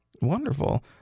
Wonderful